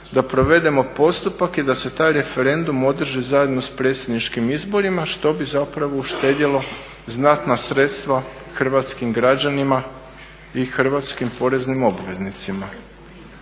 da provedemo postupak i da se taj referendum održi zajedno sa predsjedničkim izborima što bi zapravo uštedjelo znatna sredstva hrvatskim građanima i hrvatskim poreznim obveznicima.